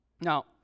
Now